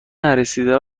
نرسیده